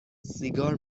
سیگار